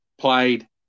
played